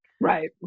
Right